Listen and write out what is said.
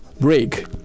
break